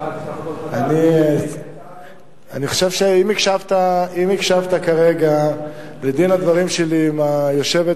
אני חושב שאם הקשבת כרגע לדין ודברים שלי עם היושבת